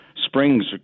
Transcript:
Springs